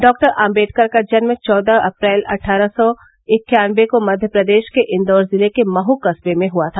doctor Ambedkar का जन्म चौदह अप्रैल अट्ठारह सौ इक्यानबे को मध्य प्रदेश के इंदौर जिले के मह कस्बे में हुआ था